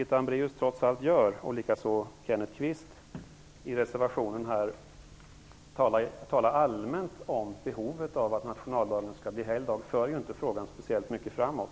Att göra som Birgitta Hambraeus och Kenneth Kvist i reservationen, dvs. att bara tala allmänt om att nationaldagen bör bli helgdag, för inte frågan speciellt mycket framåt.